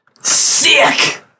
Sick